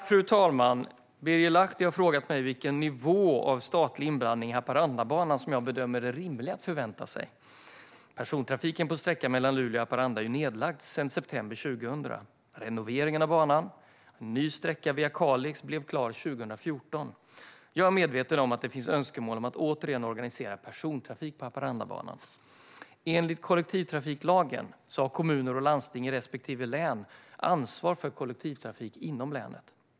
Fru talman! Birger Lahti har frågat mig vilken nivå av statlig inblandning i Haparandabanan som jag bedömer är rimlig att förvänta sig. Persontrafiken på sträckan mellan Luleå och Haparanda är nedlagd sedan september 2000. Renovering av banan och en ny sträcka via Kalix blev klar 2014. Jag är medveten om att det finns önskemål om att återigen organisera persontrafik på Haparandabanan. Enligt kollektivtrafiklagen har kommuner och landsting i respektive län ansvar för kollektivtrafik inom länet.